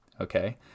okay